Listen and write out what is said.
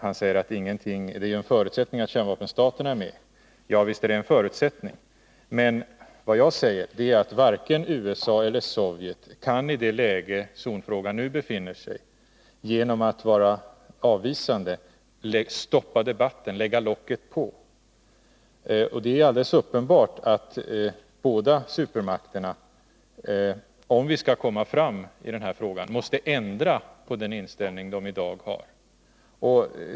Han säger att det är en förutsättning att kärnvapenstaterna är med. Visst är det en förutsättning, men varken USA eller Sovjetunionen kan, i det läge zonfrågan nu befinner sig, genom att vara avvisande stoppa debatten, lägga locket på. Det är alldeles uppenbart att båda supermakterna, om vi skall komma framåt i denna fråga, måste ändra på den inställning de i dag har.